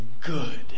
good